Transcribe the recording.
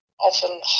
often